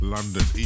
London